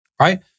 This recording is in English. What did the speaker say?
right